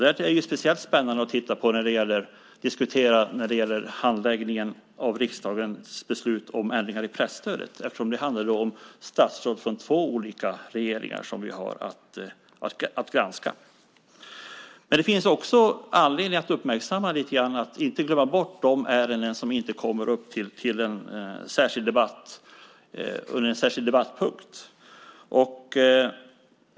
Där är det speciellt spännande att diskutera handläggningen av riksdagens beslut om ändringar i presstödet eftersom vi har att granska statsråd från två olika regeringar. Det finns också anledning att uppmärksamma att man inte får glömma bort de ärenden som inte kommer upp som en särskild debattpunkt.